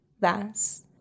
Thus